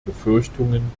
befürchtungen